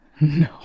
no